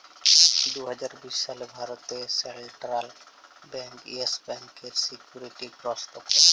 দু হাজার বিশ সালে ভারতে সেলট্রাল ব্যাংক ইয়েস ব্যাংকের সিকিউরিটি গ্রস্ত ক্যরে